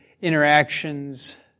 interactions